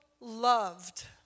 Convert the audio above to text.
loved